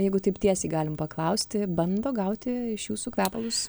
jeigu taip tiesiai galim paklausti bando gauti iš jūsų kvepalus